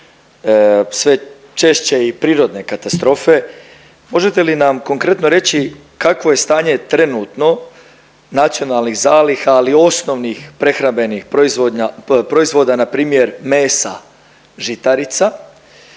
sve češće i prirodne katastrofe, možete li nam konkretno reći kakvo je stanje trenutno nacionalnih zaliha ali osnovnih prehrambenih proizvoda npr. mesa, žitarica.